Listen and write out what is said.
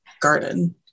garden